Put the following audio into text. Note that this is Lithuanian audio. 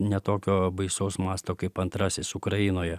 ne tokio baisaus masto kaip antrasis ukrainoje